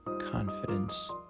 confidence